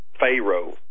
Pharaoh